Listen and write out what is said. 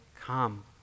Come